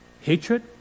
Hatred